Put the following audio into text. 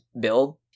build